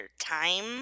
time